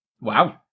Wow